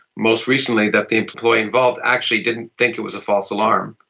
most recently that the employee involved actually didn't think it was a false alarm.